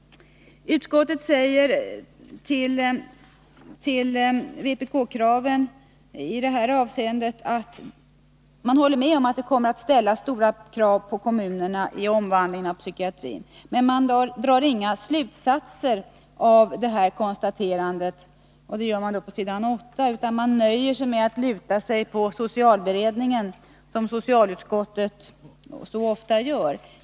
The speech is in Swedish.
Utskottet säger beträffande vpk-kraven att man håller med om att det kommer att ställas stora krav på kommunerna vid omvandlingen av psykiatrin. Men man drar inga slutsatser av detta konstaterande, som görs på s. 8, utan man nöjer sig med att luta sig på socialberedningen, som socialutskottet så ofta gör.